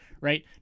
right